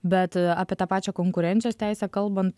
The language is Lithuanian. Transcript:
bet apie tą pačią konkurencijos teisę kalbant